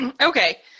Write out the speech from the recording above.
okay